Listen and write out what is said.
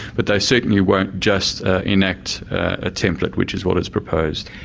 but they certainly won't just enact a template, which is what is proposed.